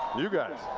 you guys!